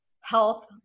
health